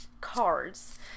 cards